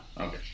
Okay